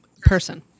person